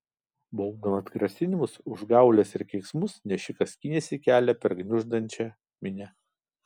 baubdamas grasinimus užgaules ir keiksmus nešikas skynėsi kelią per gniuždančią minią